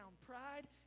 Pride